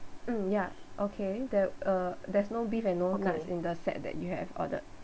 mm ya okay there uh there's no beef and no nuts in the set that you have ordered